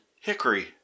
hickory